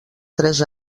tres